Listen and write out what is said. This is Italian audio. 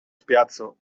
spiazzo